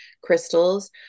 crystals